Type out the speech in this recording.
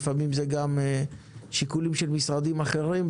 לפעמים אלו שיקולים של משרדים אחרים,